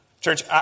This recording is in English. Church